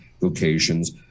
vocations